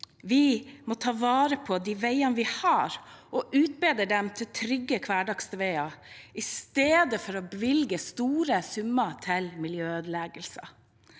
Vi må ta vare på de veiene vi har, og utbedre dem til trygge hverdagsveier, istedenfor å bevilge store summer til miljøødeleggelser.